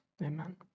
Amen